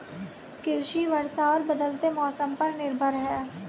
कृषि वर्षा और बदलते मौसम पर निर्भर है